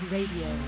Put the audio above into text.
Radio